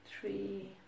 three